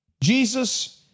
Jesus